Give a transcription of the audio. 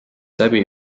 läbi